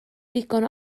ddigon